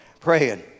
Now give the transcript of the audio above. Praying